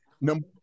Number